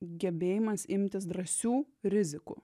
gebėjimas imtis drąsių rizikų